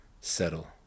settle